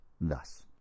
thus